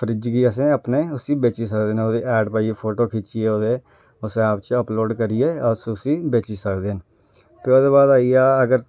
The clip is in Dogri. फ्रीज गी असें अपने बेची सकदे ने एड पाइयै फोटो खिचियै ओह्दे उस ऐप चा अपलोड करियै उसी बेची सकदे न ते उ'दे बाद आइया